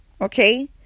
okay